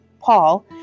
Paul